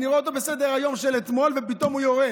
אני רואה אותו בסדר-היום של אתמול ופתאום הוא יורד.